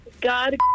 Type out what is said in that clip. God